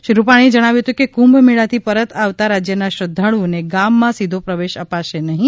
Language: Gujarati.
શ્રી રૂપાણીએ જણાવ્યું હતું કે કુંભ મેળાથી પરત આવતા રાજ્યના શ્રદ્વાળુઓને ગામમાં સીધો પ્રવેશ અપાશે નહીં